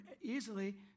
easily